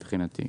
מבחינתי,